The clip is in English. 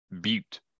Butte